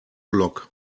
block